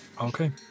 Okay